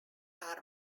are